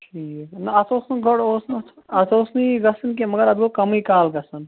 ٹھیٖک نہ اَتھ اوس نہٕ گۄڈٕ اوس نہٕ اَتھ اوس نہٕ یہِ گَژھان کیٚنٛہہ مگر اَتھ گوٚو کَمٕے کال گَژھان